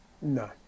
No